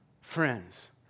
Friends